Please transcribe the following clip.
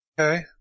Okay